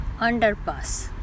underpass